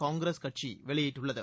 காங்கிரஸ் கட்சி வெளியிட்டுள்ளது